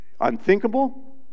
Unthinkable